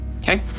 Okay